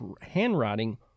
handwriting